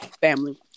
family